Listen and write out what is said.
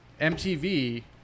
MTV